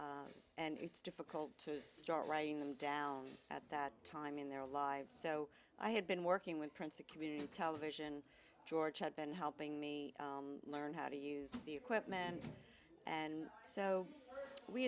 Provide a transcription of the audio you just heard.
and it's difficult to start writing them down at that time in their lives so i had been working with prince a community television george had been helping me learn how to use the equipment and so we